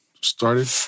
started